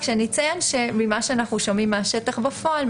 רק שאני אציין שממה שאנחנו שומעים מהשטח בפועל,